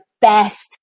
best